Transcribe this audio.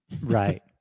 Right